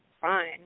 fine